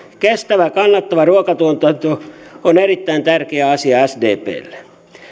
kestävä ja kannattava ruuantuotanto on erittäin tärkeä asia sdplle